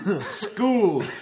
school